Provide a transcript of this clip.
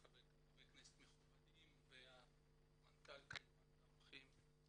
חברי כנסת מכובדים והמנכ"ל והאורחים.